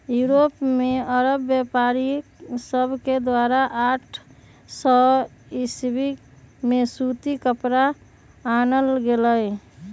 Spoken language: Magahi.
यूरोप में अरब व्यापारिय सभके द्वारा आठ सौ ईसवी में सूती कपरा आनल गेलइ